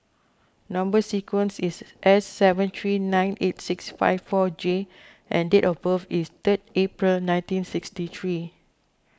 Number Sequence is S seven three nine eight six five four J and date of birth is third April nineteen sixty three